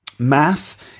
Math